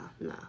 no